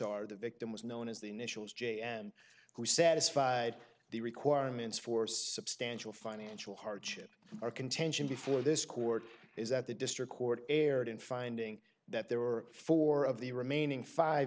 r the victim was known as the initials j m satisfied the requirements for substantial financial hardship or contention before this court is that the district court erred in finding that there were four of the remaining five